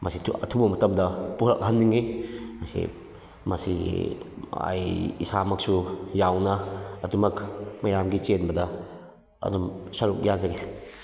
ꯃꯁꯤ ꯑꯊꯨꯕ ꯃꯇꯝꯗ ꯄꯨꯔꯛꯍꯟꯅꯤꯡꯉꯤ ꯃꯁꯤ ꯃꯁꯤꯒꯤ ꯑꯩ ꯏꯁꯥꯃꯛꯁꯨ ꯌꯥꯎꯅ ꯑꯗꯨꯃꯛ ꯃꯌꯥꯝꯒꯤ ꯆꯦꯟꯕꯗ ꯑꯗꯨꯝ ꯁꯔꯨꯛ ꯌꯥꯖꯒꯦ